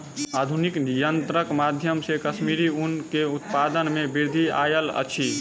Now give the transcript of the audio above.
आधुनिक यंत्रक माध्यम से कश्मीरी ऊन के उत्पादन में वृद्धि आयल अछि